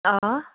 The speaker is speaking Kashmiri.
آ